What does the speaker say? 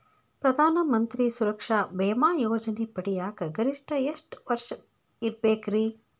ಪ್ರಧಾನ ಮಂತ್ರಿ ಸುರಕ್ಷಾ ಭೇಮಾ ಯೋಜನೆ ಪಡಿಯಾಕ್ ಗರಿಷ್ಠ ಎಷ್ಟ ವರ್ಷ ಇರ್ಬೇಕ್ರಿ?